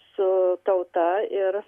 su tauta ir